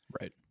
Right